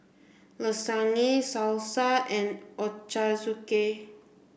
Lasagne Salsa and Ochazuke